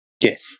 Yes